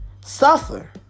suffer